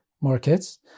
markets